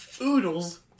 oodles